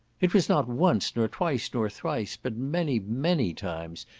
it was not once, nor twice, nor thrice, but many many times,